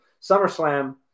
SummerSlam